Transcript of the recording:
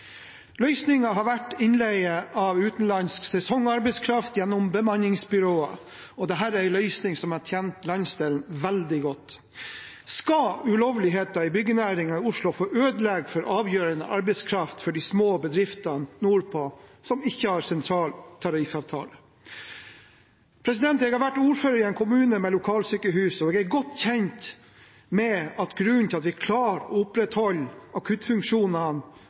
har vært innleie av utenlandsk sesongarbeidskraft gjennom bemanningsbyråer – og dette er en løsning som har tjent landsdelen veldig godt. Skal ulovligheter i byggenæringen i Oslo få ødelegge for avgjørende arbeidskraft for de små bedriftene nordpå som ikke har en sentral tariffavtale? Jeg har vært ordfører i en kommune med lokalsykehus, og jeg er godt kjent med grunnen til at vi klarer å opprettholde akuttfunksjonene